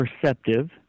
perceptive